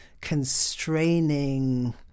constraining